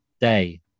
day